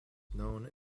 known